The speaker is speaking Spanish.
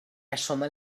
asoman